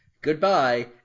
Goodbye